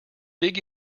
dig